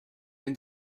when